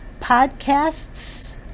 podcasts